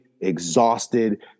exhausted